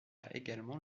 également